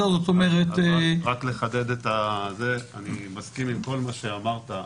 אז רק לחדד אני מסכים עם כל מה שאמרת,